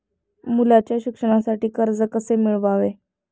मुलाच्या शिक्षणासाठी कर्ज कसे मिळवावे?